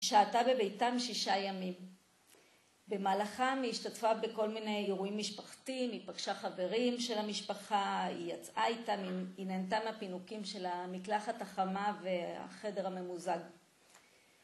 שהתה בביתם שישה ימים. במהלכם היא השתתפה בכל מיני אירועים משפחתיים, היא פגשה חברים של המשפחה, היא יצאה איתם, היא נהנתה מהפינוקים של המקלחת החמה והחדר הממוזג.